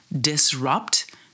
disrupt